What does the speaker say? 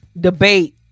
debate